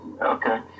Okay